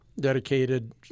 dedicated